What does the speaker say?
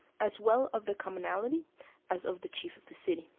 as well of the commonalty as of the chief of the city.